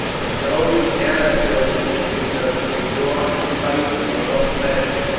let those who cannot so submit themselves withdraw and fight in their own fashion.